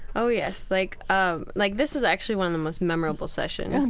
oh, yes. like um like this is actually one of the most memorable sessions,